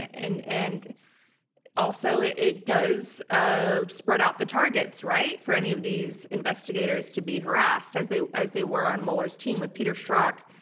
and and also, it it does ah spread out the targets, right? for any of these investigators to be harassed, as they as they were on mueller team, with peter schrock,